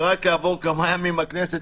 ורק כעבור כמה ימים הכנסת.